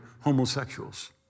homosexuals